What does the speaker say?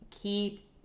Keep